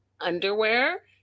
underwear